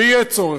ויהיה צורך,